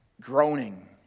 groaning